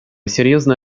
серьезно